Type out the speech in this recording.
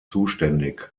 zuständig